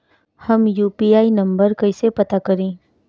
हम UPI number कइसे पता करी?